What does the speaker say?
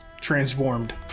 transformed